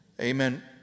Amen